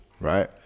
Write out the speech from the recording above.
right